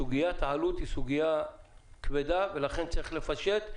סוגיית העלות היא סוגיה כבדה ולכן צריך לפשט.